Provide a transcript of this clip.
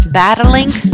battling